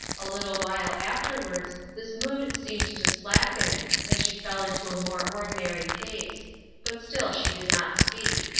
a little while afterwards this mood seemed to slacken and she fell into a more ordinary pace but still she did not speak.